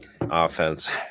offense